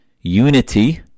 unity